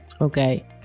Okay